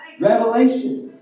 Revelation